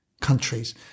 countries